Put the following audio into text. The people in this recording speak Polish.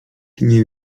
nie